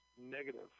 negative